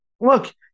look